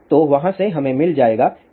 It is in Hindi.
तो वहाँ से हम मिल जाएगा kxmπa